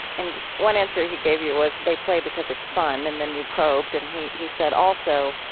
and one answer he gave you was, they play because it's fun. and then you probed. and he he said also,